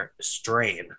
strain